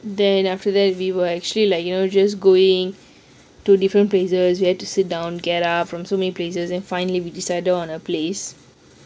then after that we were actually like you know just going to different places we have to sit down get up from so many places and finally we decided on a place